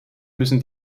müssen